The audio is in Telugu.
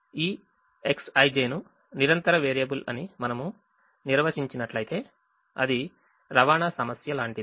ఈ Xij ను నిరంతర వేరియబుల్ అని మనము నిర్వచించినట్లయితే అది ట్రాన్స్పోర్టేషన్ ప్రాబ్లెమ్ లాంటిది